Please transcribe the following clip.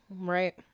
Right